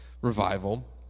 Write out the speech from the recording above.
revival—